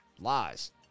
Lies